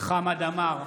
חמד עמאר,